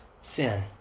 sin